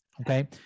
okay